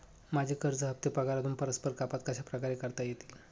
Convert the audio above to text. माझे कर्ज हफ्ते पगारातून परस्पर कपात कशाप्रकारे करता येतील?